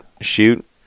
shoot